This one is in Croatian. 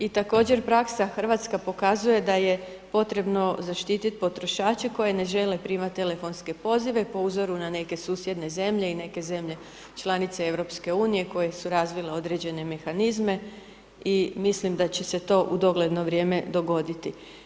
I također praksa hrvatska pokazuje da je potrebno zaštiti potrošače koji ne žele primati telefonsku pozive, po uzoru na neke susjedne zemlje i neke zemlje članice EU, koje su razvile određene mehanizme i mislim da će se to u dogledno vrijeme dogoditi.